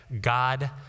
God